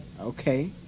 Okay